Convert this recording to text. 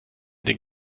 den